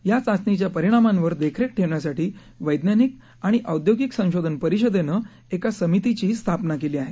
या चाचणीच्या परिणामांवर देखरेख ठेवण्यासाठी वैज्ञानिक आणि औद्योगिक संशोधन परिषदेनं एका समितीचीही स्थापना केली आहे